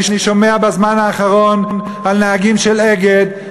אני שומע בזמן האחרון על נהגים של "אגד"